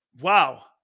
Wow